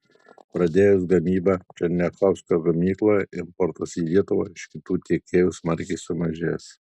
pradėjus gamybą černiachovskio gamykloje importas į lietuvą iš kitų tiekėjų smarkiai sumažės